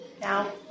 Now